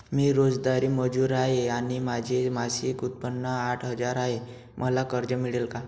मी रोजंदारी मजूर आहे आणि माझे मासिक उत्त्पन्न आठ हजार आहे, मला कर्ज मिळेल का?